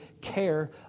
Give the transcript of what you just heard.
care